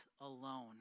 alone